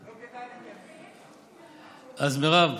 אז, מרב,